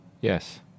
Yes